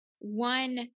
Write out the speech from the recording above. one